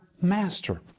master